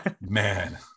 man